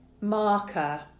marker